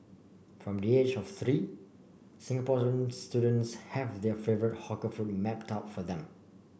from the age of three Singaporeans students have their favourite hawker food mapped out for them